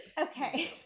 okay